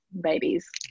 babies